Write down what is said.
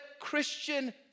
Christian